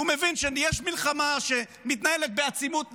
הוא מבין שיש מלחמה שמתנהלת בעצימות נמוכה,